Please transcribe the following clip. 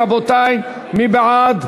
רבותי, מי בעד?